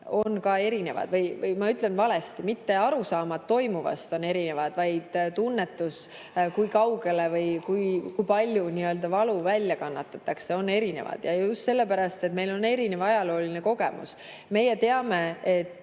on erinevad või – ma ütlesin valesti, mitte arusaamad toimuvast ei ole erinevad, vaid tunnetus [sellest], kui palju valu välja kannatatakse, on erinev ja just sellepärast, et meil on erinev ajalooline kogemus. Meie teame, et